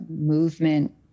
movement